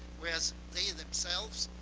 whereas they, themselves,